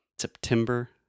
September